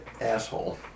asshole